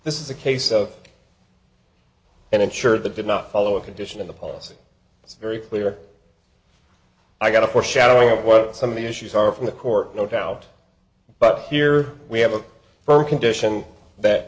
this is a case of and ensure that did not follow a condition of the policy it's very clear i got a foreshadowing of what some of the issues are from the court no doubt but here we have a firm condition that